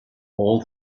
all